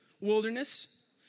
wilderness